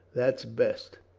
that's best.